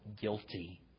guilty